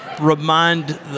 Remind